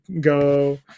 go